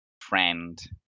friend